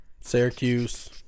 Syracuse